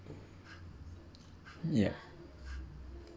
ya